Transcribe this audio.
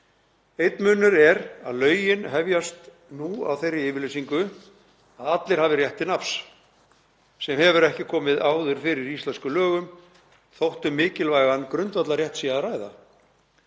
Einn munur er að lögin hefjast nú á þeirri yfirlýsingu að allir hafi rétt til nafns sem hefur ekki komið áður fyrir í íslenskum lögum þótt um mikilvægan grundvallarrétt sé að ræða.